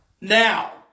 Now